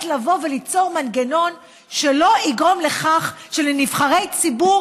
לבוא וליצור מנגנון שלא יגרום לכך שלנבחרי ציבור